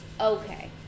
okay